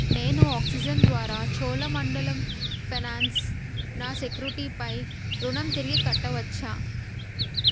నేను ఆక్సిజెన్ ద్వారా చోళ మండలం ఫైనాన్స్ నా సెక్యురిటీపై రుణం తిరిగి కట్టవచ్చా